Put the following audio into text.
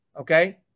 okay